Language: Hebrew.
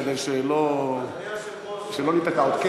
כדי שלא ניתקע עוד.